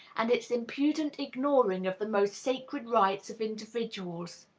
and its impudent ignoring of the most sacred rights of individuals.